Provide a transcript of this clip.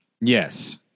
Yes